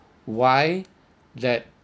why that